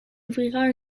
ouvrira